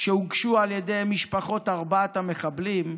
שהוגשו על ידי משפחות ארבעת המחבלים,